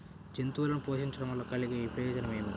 జంతువులను పోషించడం వల్ల కలిగే ప్రయోజనం ఏమిటీ?